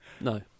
No